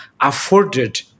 afforded